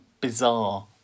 bizarre